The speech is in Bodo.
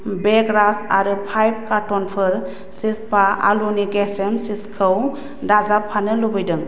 बेक रास्क आरो फाइभ कारट'नफोर चिजपा आलुनि गेस्रेम चिप्सखौ दाजाबफानो लुबैदों